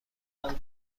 میومد